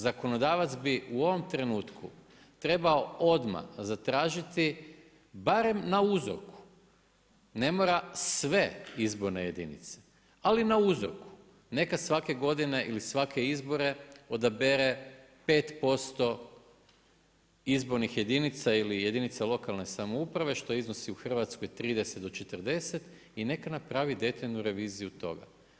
Zakonodavac bi u ovom trenutku trebao odmah zatražiti barem na uzorku, ne mora sve izborne jedinice, ali na uzorku, neka svake godine ili svake izbore odabere 5% izbornih jedinica ili jedinica lokalne samouprave što iznosi u Hrvatskoj 30 do 40, i neka napravi detaljnu reviziju toga.